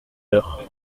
leurs